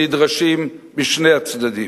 שנדרשות בשני הצדדים.